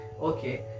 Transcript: okay